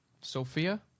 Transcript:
Sophia